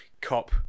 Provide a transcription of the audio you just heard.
cop